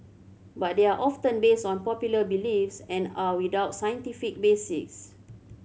but they are often based on popular beliefs and are without scientific basis